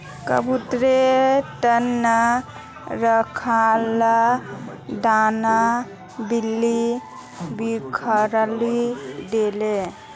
कबूतरेर त न रखाल दाना बिल्ली बिखरइ दिले